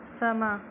समां